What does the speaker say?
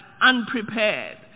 unprepared